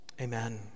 Amen